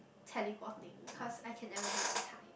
teleporting cause I can never be on time